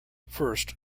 first